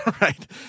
Right